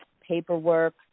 paperwork